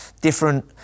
different